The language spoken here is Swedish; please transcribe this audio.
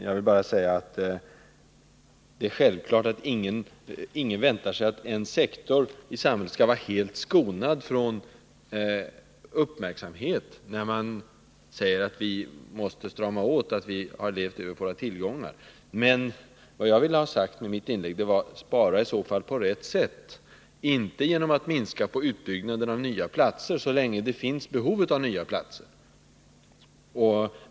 Jag vill bara säga att det är självklart att ingen väntar sig att en sektor i samhället skall vara helt skonad från uppmärksamhet, när vi finner att vi har levt över våra tillgångar och att vi måste strama åt. Men vad jag ville ha sagt med mitt inlägg var att man i så fall skall spara på rätt sätt, inte genom att minska på utbyggnaden av nya platser, så länge det finns behov av nya sådana.